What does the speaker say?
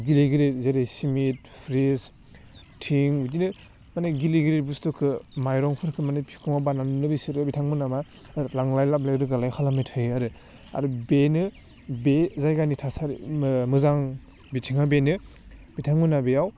गिलिर गिलिर जेरै सिमेन्ट ब्रिक्स थिं बिदिनो मानि गिलिर गिलिर बुस्थुखो माइरंफोरखो मानि बिखुङाव बानानैनो बिसोरो बिथांमोना मा लांलाय लाबोलाय रोगालाय खालामबाय थायो आरो आरो बेनो बे जायगानि थासारि मोह मोजां बिथिङा बेनो बिथांमोनहा बेयाव